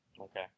Okay